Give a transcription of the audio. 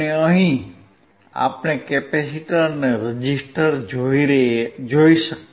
અને અહીં આપણે કેપેસિટર અને રેઝિસ્ટર જોઈ શકીએ છીએ